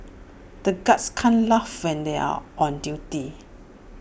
the guards can't laugh when they are on duty